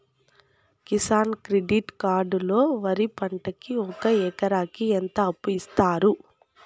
Kisan credit card లో వరి పంటకి ఒక ఎకరాకి ఎంత అప్పు ఇస్తారు?